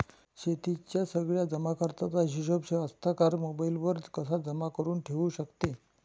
शेतीच्या सगळ्या जमाखर्चाचा हिशोब कास्तकार मोबाईलवर कसा जमा करुन ठेऊ शकते?